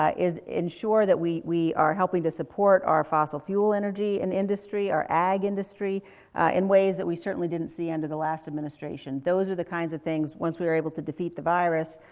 ah is ensure that we we are helping to support our fossil fuel energy and industry, our ag industry in ways that we certainly didn't see under the last administration. those are the kinds of things, once we were able to defeat the virus,